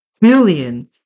million